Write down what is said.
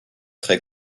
très